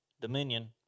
dominion